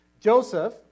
Joseph